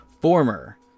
Former